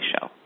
show